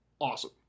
awesome